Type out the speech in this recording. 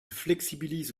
flexibilise